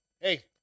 Hey